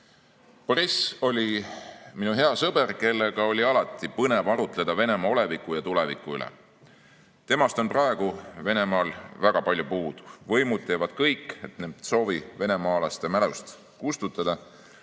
Boriss oli minu hea sõber, kellega oli alati põnev arutleda Venemaa oleviku ja tuleviku üle. Temast on praegu Venemaal väga suur puudus. Võimud teevad kõik, et Nemtsovi venemaalaste mälust kustutada,